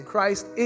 Christ